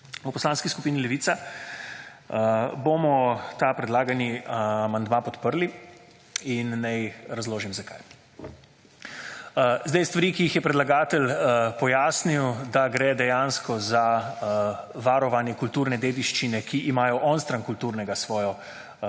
V Poslanski skupini Levica bomo ta predlagani amandma podprli in naj razložim, zakaj. Zdaj, stvari, ki jih je predlagatelj pojasnil, da gre dejansko za varovanje kulturne dediščine, ki imajo onstran kulturnega svojo